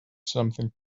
something